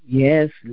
yes